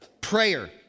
Prayer